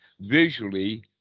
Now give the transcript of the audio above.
visually